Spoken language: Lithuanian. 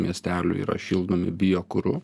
miestelių yra šildomi biokuru